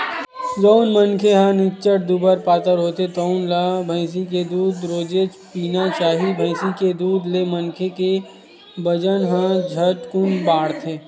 जउन मनखे ह निच्चट दुबर पातर होथे तउन ल भइसी के दूद रोजेच पीना चाही, भइसी के दूद ले मनखे के बजन ह झटकुन बाड़थे